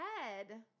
head